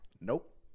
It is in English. Nope